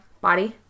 body